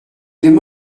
ddim